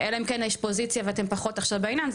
אלא אם כן יש פוזיציה ואתם פחות עכשיו בעניין,